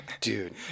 dude